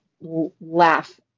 laugh